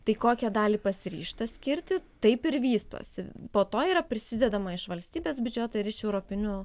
tai kokią dalį pasiryžta skirti taip ir vystosi po to yra prisidedama iš valstybės biudžeto ir iš europinių